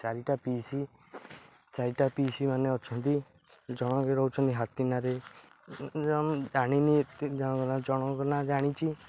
ଚାରିଟା ପିଉସୀ ଚାରିଟା ପିଉସୀମାନେ ଅଛନ୍ତି ଜଣକେ ରହୁଛନ୍ତି ହାତୀନାରେ ଜାଣିନି ଏତେ ଜଣଙ୍କ ନାଁ ଜଣଙ୍କ ନାଁ ଜାଣିଛି